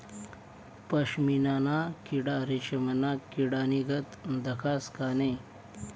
पशमीना ना किडा रेशमना किडानीगत दखास का नै